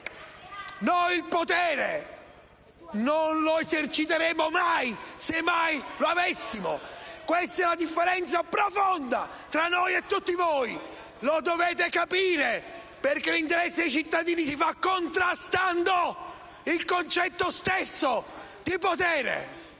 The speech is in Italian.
Noi il potere non lo eserciteremo mai, se mai lo avessimo. Questa è la differenza profonda tra noi e tutti voi. Lo dovete capire, perché l'interesse dei cittadini si fa contrastando il concetto stesso di potere.